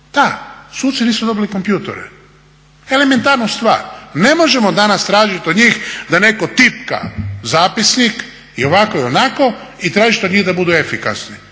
Da, suci nisu dobili kompjutore, elementarnu stvar. Ne možemo danas tražiti od njih da netko tipka zapisnik i ovako i onako i tražiti od njih da budu efikasni.